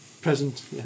Present